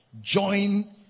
join